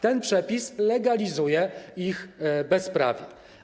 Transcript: Ten przepis legalizuje ich bezprawie.